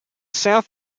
south